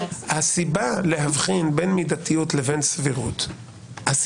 הסיבה להבחין בין מידתיות לבין סבירות היא